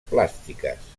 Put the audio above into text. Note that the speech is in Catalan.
plàstiques